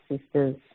sisters